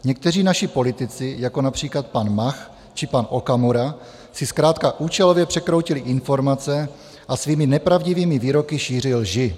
Někteří naši politici, jako například pan Mach či pan Okamura, si zkrátka účelově překroutili informace a svými nepravdivými výroky šíří lži.